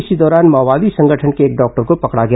इसी दौरान माओवादी संगठन के इस डॉक्टर को पकड़ा गया